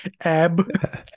Ab